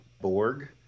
Borg